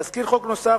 תזכיר חוק נוסף,